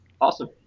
Awesome